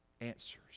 answers